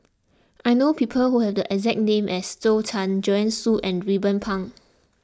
I know people who have the exact name as Zhou Can Joanne Soo and Ruben Pang